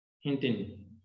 hinting